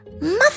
Mother